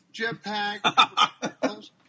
Jetpack